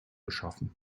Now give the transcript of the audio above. geschaffen